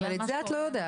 אבל את זה את לא יודעת.